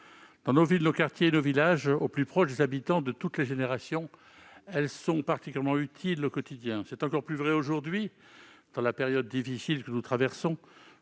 Dans nos villes, nos quartiers et nos villages, au plus près des habitants de toutes les générations, elles sont utiles au quotidien. C'est encore plus vrai aujourd'hui, dans la période difficile que nous traversons